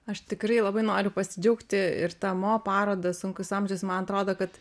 aš tikrai labai noriu pasidžiaugti ir ta mo paroda sunkus amžius man atrodo kad